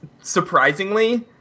Surprisingly